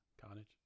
Carnage